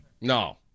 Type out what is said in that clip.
No